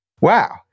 Wow